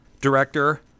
director